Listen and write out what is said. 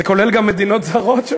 זה כולל גם מדינות זרות?